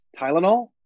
Tylenol